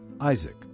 Isaac